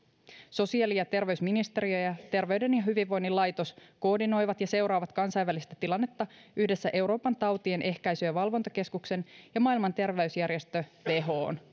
sosiaali ja terveysministeriö ja terveyden ja hyvinvoinnin laitos koordinoivat ja seuraavat kansainvälistä tilannetta yhdessä euroopan tautienehkäisy ja valvontakeskuksen ja maailman terveysjärjestö